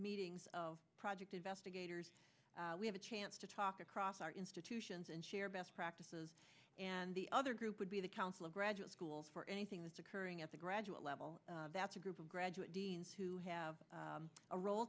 meetings of project investigators we have a chance to talk across our institutions and share best practices and the other group would be the council of graduate schools for anything that's occurring at the graduate level that's a group of graduate deans who have a role